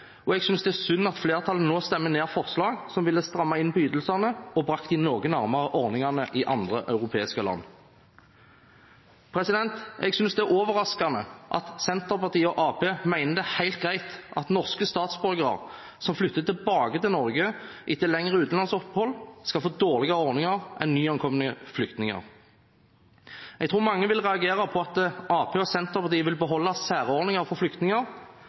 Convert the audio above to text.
og jeg synes det er synd at flertallet nå stemmer ned forslag som ville strammet inn på ytelsene og brakt dem noe nærmere ordningene i andre europeiske land. Jeg synes det er overraskende at Senterpartiet og Arbeiderpartiet mener det er helt greit at norske statsborgere som flytter tilbake til Norge etter lengre utenlandsopphold, skal få dårligere ordninger enn nyankomne flyktninger. Jeg tror mange vil reagere på at Arbeiderpartiet og Senterpartiet vil beholde særordninger for flyktninger,